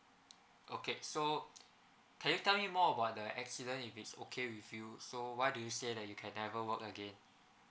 okay so can you tell me more about the accident if it's okay with you so why do you say that you can never work again